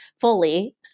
fully